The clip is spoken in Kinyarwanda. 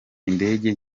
indege